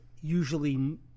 usually